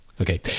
Okay